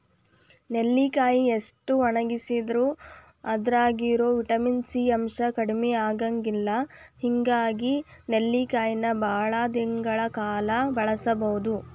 ನೆಲ್ಲಿಕಾಯಿ ಎಷ್ಟ ಒಣಗಿದರೂ ಅದ್ರಾಗಿರೋ ವಿಟಮಿನ್ ಸಿ ಅಂಶ ಕಡಿಮಿ ಆಗಂಗಿಲ್ಲ ಹಿಂಗಾಗಿ ನೆಲ್ಲಿಕಾಯಿನ ಬಾಳ ತಿಂಗಳ ಕಾಲ ಬಳಸಬೋದು